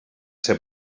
ser